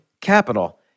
capital